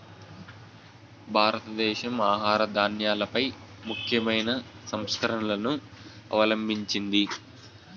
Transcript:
భారతదేశం ఆహార ధాన్యాలపై ముఖ్యమైన సంస్కరణలను అవలంభించింది